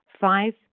Five